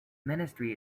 ministry